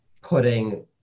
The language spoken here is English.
putting